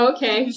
Okay